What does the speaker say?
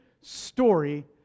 story